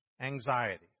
Anxiety